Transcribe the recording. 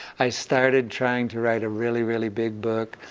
i started trying to write a really, really big book